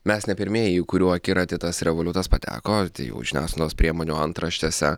mes ne pirmieji į kurių akiratį tas revoliutas pateko tai jau žiniasklaidos priemonių antraštėse